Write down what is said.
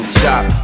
chop